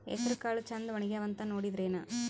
ಹೆಸರಕಾಳು ಛಂದ ಒಣಗ್ಯಾವಂತ ನೋಡಿದ್ರೆನ?